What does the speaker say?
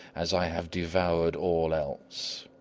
as i have devoured all else.